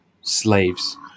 slaves